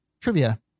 trivia